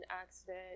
accident